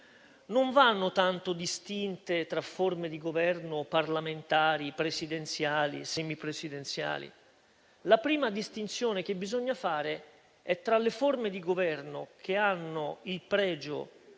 non vanno tanto distinte tra forme di governo parlamentari, presidenziali, semipresidenziali. La prima distinzione che bisogna fare è tra le forme di governo che hanno il pregio